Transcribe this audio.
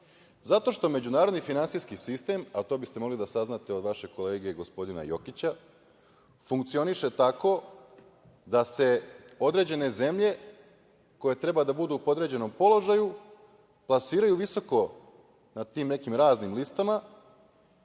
Zato što međunarodni finansijski sistem, a to biste mogli da saznate od vašeg kolege, gospodina Jokića, funkcioniše tako da se određene zemlje koje treba da budu u podređenom položaju plasiraju visoko na tim nekim raznim listama